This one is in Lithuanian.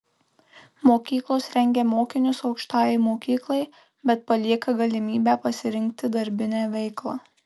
mokyklos rengia mokinius aukštajai mokyklai bet palieka galimybę pasirinkti darbinę veiklą